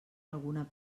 alguna